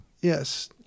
yes